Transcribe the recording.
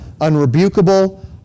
unrebukable